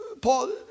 Paul